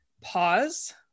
pause